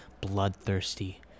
bloodthirsty